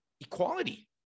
equality